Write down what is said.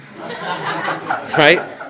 Right